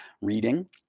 reading